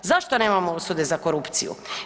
Zašto nemamo osude za korupciju?